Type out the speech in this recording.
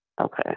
Okay